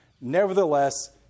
nevertheless